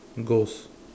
ghost